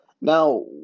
Now